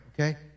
okay